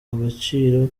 agaciro